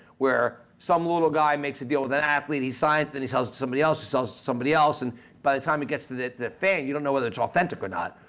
where some little guy makes a deal with an athlete he signs and he sells to somebody else, who sells somebody else, and by the time it gets to the the fan you don't know whether it's authentic or not.